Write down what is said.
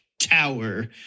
tower